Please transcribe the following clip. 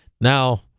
now